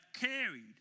carried